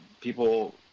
people